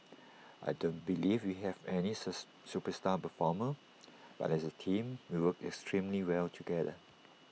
I don't believe we have any superstar performer but as A team we work extremely well together